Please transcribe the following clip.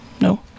No